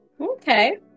Okay